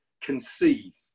conceive